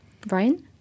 Brian